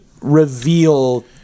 reveal